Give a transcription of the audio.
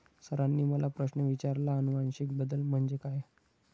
सरांनी मला प्रश्न विचारला आनुवंशिक बदल म्हणजे काय?